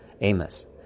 Amos